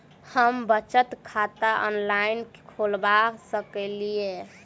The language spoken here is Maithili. हम बचत खाता ऑनलाइन खोलबा सकलिये?